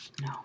No